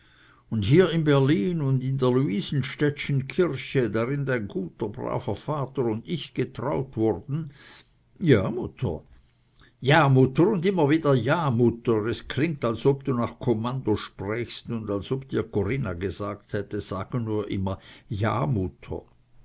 und hier in berlin und in der luisenstädtschen kirche darin dein guter braver vater und ich getraut wurden ja mutter ja mutter und immer wieder ja mutter es klingt als ob du nach kommando sprächst und als ob dir corinna gesagt hätte sage nur immer ja mutter